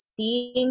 seeing